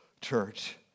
church